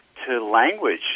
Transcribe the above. language